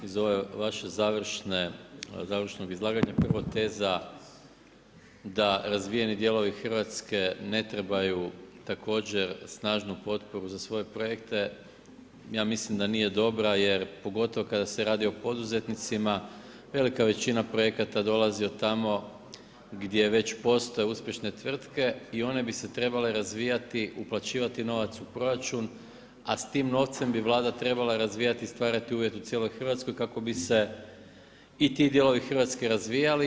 Iz ove vašeg završnog izlaganja prvo teza da razvijeni dijelovi Hrvatske ne trebaju također snažnu potporu za svoje projekte ja mislim da nije dobra jer pogotovo kada se radi o poduzetnicima velika većina projekata dolazi od tamo gdje već postoje uspješne tvrtke i one bi se trebale razvijati, uplaćivati novac u proračun, a s tim novcem bi Vlada trebala razvijati i stvarati uvjet u cijeloj Hrvatskoj kako bi se i ti dijelovi Hrvatske razvijali.